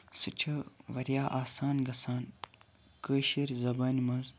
سۄ چھِ واریاہ آسان گَژھان کٲشِر زَبانہِ منٛز